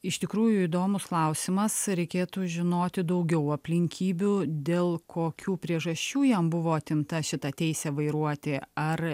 iš tikrųjų įdomus klausimas reikėtų žinoti daugiau aplinkybių dėl kokių priežasčių jam buvo atimta šitą teisę vairuoti ar